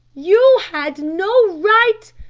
you had no right,